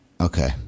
Okay